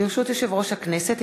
ברשות יושב-ראש הכנסת,